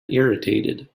irritated